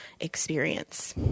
experience